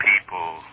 people